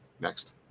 Next